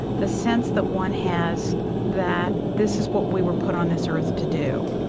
the sense that one has that this is what we were put on this earth to do.